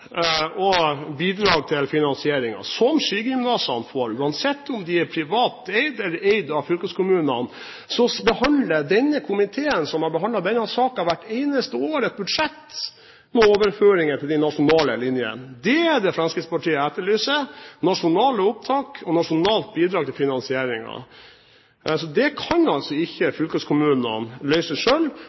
og bidrag til finansieringen, som skigymnasene får, uansett om de er privateide eller eid av fylkeskommunene. Så behandler denne komiteen, som har behandlet denne saken hvert eneste år, et budsjett for overføringer til de nasjonale linjene. Det Fremskrittspartiet etterlyser, er nasjonale opptak og nasjonalt bidrag til finansieringen. Det kan altså ikke fylkeskommunene